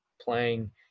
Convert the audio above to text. playing